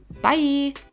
Bye